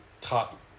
top